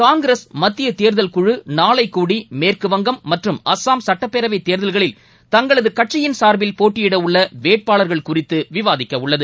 காங்கிரஸ் மத்தியதேர்தல் குழு நாளை கூடி மேற்குவங்கம் மற்றும் அஸ்ஸாம் சட்டப்பேரவைத் தேர்தல்களில் தங்களதுகட்சியின் சார்பில் போட்டியிடவுள்ளவேட்பாளர்கள் குறித்துவிவாதிக்கவுள்ளது